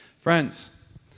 Friends